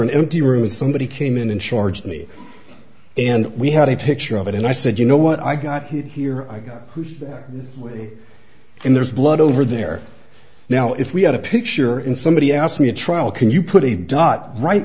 an empty room and somebody came in and charged me and we had a picture of it and i said you know what i got here i go in there's blood over there now if we had a picture and somebody asked me a trial can you put a dot right